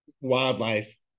wildlife